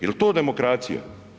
Je li to demokracija?